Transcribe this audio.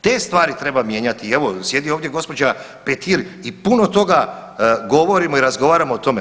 Te stvari treba mijenjati i evo sjedi ovdje gospođa Petir i puno toga govorimo i razgovaramo o tome.